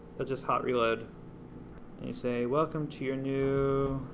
it'll just hot reload and you say, welcome to your new